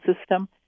system